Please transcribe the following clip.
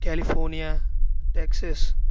California Texas